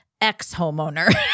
ex-homeowner